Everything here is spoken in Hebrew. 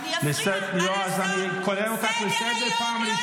סגן שר זה לא מספיק.